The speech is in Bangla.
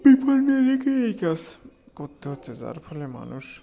বিপন্ন রেখে এই কাজ করতে হচ্ছে যার ফলে মানুষ